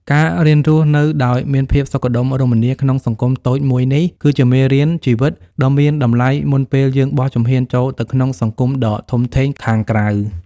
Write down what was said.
ការរៀនរស់នៅដោយមានភាពសុខដុមរមនាក្នុងសង្គមតូចមួយនេះ គឺជាមេរៀនជីវិតដ៏មានតម្លៃមុនពេលយើងបោះជំហានចូលទៅក្នុងសង្គមដ៏ធំធេងខាងក្រៅ។